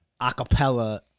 acapella